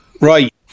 Right